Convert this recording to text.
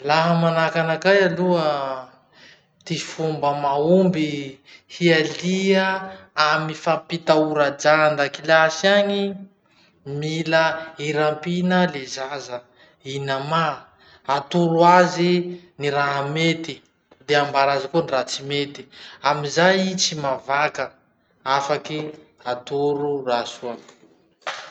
Laha manahaky anakahy aloha ty fomba mahomby hialia amy fampitahora ajà andakilasy any, mila irapina le zaza, inamà, atoro azy ny raha mety, de ambara azy koa ny raha tsy mety. Amizay i tsy mavaka, afaky atoro raha soa.